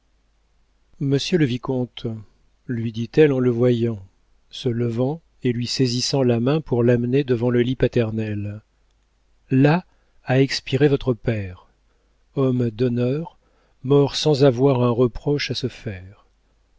monsieur le vicomte lui dit-elle en le voyant se levant et lui saisissant la main pour l'amener devant le lit paternel là a expiré votre père homme d'honneur mort sans avoir un reproche à se faire